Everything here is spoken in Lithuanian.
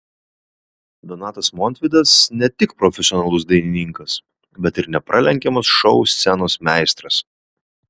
donatas montvydas ne tik profesionalus dainininkas bet ir nepralenkiamas šou scenos meistras